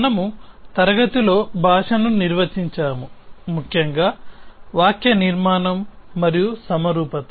మనము తరగతిలో భాషను నిర్వచించాము ముఖ్యంగా వాక్యనిర్మాణం మరియు సమరూపత